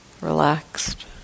relaxed